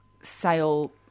sale